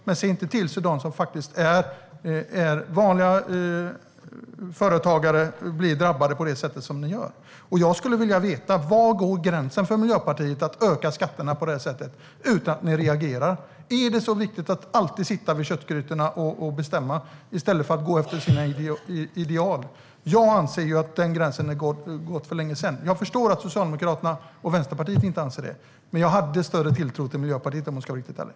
Men se till att de som är vanliga företagare inte blir drabbade på det sätt som nu sker! Jag skulle vilja veta: Var går gränsen för Miljöpartiet för att öka skatterna på det här sättet utan att ni reagerar? Är det så viktigt att alltid sitta vid köttgrytorna och bestämma i stället för att gå efter sina ideal? Jag anser att den gränsen är nådd för länge sedan. Jag förstår att Socialdemokraterna och Vänsterpartiet inte anser det. Men jag hade större tilltro till Miljöpartiet, om jag ska vara riktigt ärlig.